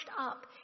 up